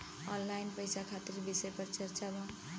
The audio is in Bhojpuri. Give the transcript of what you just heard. ऑनलाइन पैसा खातिर विषय पर चर्चा वा?